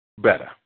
better